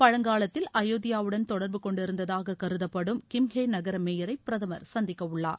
பழங்காலத்தில் அயோத்தியாவுடன் தொடர்பு கொண்டிருந்ததாக கருதப்படும் கிம்ஹே நகர மேயரை பிரதமா் சந்திக்கவுள்ளார்